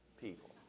people